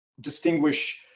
distinguish